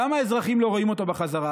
למה האזרחים לא רואים אותו בחזרה?